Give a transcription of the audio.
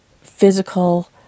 physical